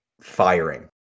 firing